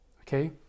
Okay